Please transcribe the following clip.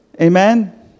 Amen